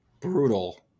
brutal